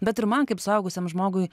bet ir man kaip suaugusiam žmogui